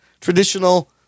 traditional